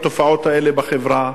התופעות האלה בחברה,